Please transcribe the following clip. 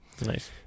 nice